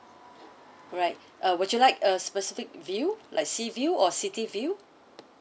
alright uh would you like a specific view like seaview or city view